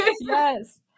yes